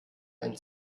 einen